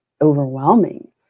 overwhelming